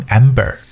amber